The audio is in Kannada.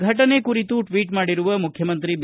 ಫೆಟನೆ ಕುರಿತು ಟ್ನೀಟ್ ಮಾಡಿರುವ ಮುಖ್ಯಮಂತ್ರಿ ಬಿ